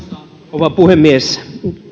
rouva puhemies